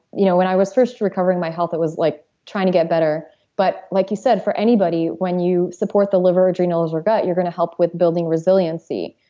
you know when i was first recovering my health it was like trying to get better but like you said, for anybody, when you support the liver, adrenals or gut, you're gonna help with building resiliency.